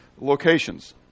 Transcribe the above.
locations